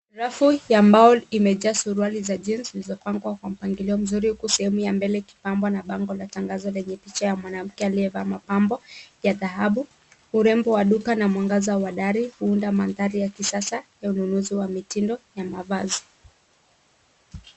Rafu ya mbao imejaa suruali za jeans ziliyopangwa kwa mpangilio mzuri, huku sehemu ya mbele ikipambwa na bango la tangazo lenye picha ya mwanamke aliyevaa mapambo ya dhahabu. Urembo wa duka na mwangaza wa dari, huunda mandhari ya kisasa ya ununuzi wa mitindo ya mavazi.